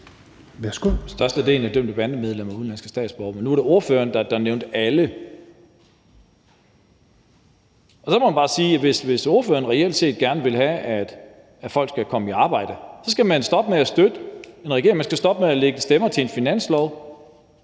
(NB): Størstedelen af dømte bandemedlemmer er udenlandske statsborgere. Men nu var det ordføreren, der nævnte alle. Så må man bare sige, at hvis ordføreren reelt set gerne vil have, at folk skal komme i arbejde, skal man stoppe med at støtte en regering, man skal stoppe med at lægge stemmer til en finanslov,